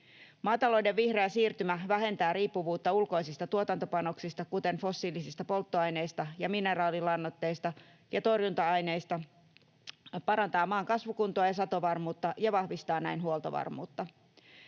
Maatalouden vihreä siirtymä vähentää riippuvuutta ulkoisista tuotantopanoksista, kuten fossiilisista polttoaineista ja mineraalilannoitteista ja torjunta-aineista, parantaa maan kasvukuntoa ja satovarmuutta ja vahvistaa näin huoltovarmuutta.